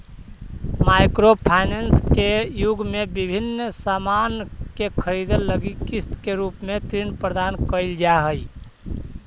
micro finance के युग में विभिन्न सामान के खरीदे लगी किस्त के रूप में ऋण प्रदान कईल जा हई